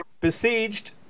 Besieged